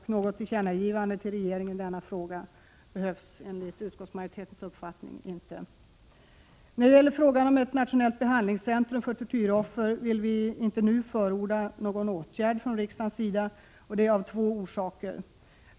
Enligt utskottsmajoritetens uppfattning behövs inte heller något tillkännagivande till regeringen i denna fråga. Beträffande frågan om ett nationellt behandlingscentrum för tortyroffer vill vi inte nu förorda någon åtgärd från riksdagens sida. Orsakerna är två.